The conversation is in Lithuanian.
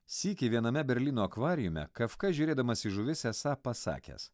sykį viename berlyno akvariume kafka žiūrėdamas į žuvis esą pasakęs